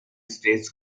states